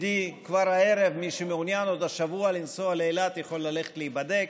ומצידי כבר הערב מי שמעוניין עוד השבוע לנסוע לאילת יכול ללכת להיבדק,